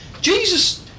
Jesus